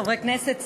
חברי כנסת,